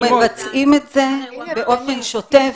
אנחנו מבצעים את זה באופן שוטף,